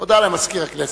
הודעה למזכיר הכנסת.